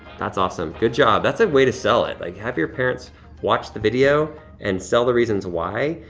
that's awesome, good job. that's a way to sell it. like have your parents watch the video and sell the reasons why,